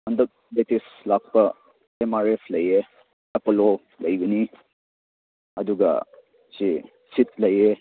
ꯍꯟꯗꯛ ꯂꯦꯇꯦꯁ ꯂꯥꯛꯄ M R F ꯂꯩꯌꯦ ꯑꯦꯄꯣꯂꯣ ꯂꯩꯅꯤ ꯑꯗꯨꯒ ꯁꯤ ꯁꯤꯠ ꯂꯩꯌꯦ